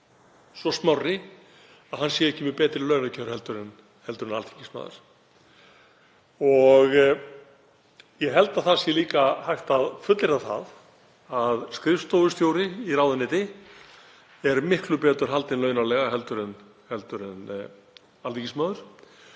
svo smárri að hann sé ekki með betri launakjör en alþingismaður. Ég held að það sé líka hægt að fullyrða það að skrifstofustjóri í ráðuneyti er miklu betur haldinn launalega en alþingismaður.